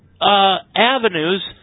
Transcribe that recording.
avenues